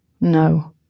No